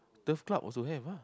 turf club also have ah